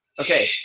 Okay